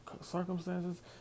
circumstances